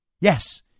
Yes